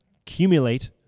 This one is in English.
accumulate